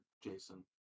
Jason